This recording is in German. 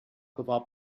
bewarb